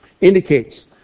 indicates